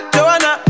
Joanna